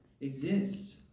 exist